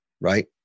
right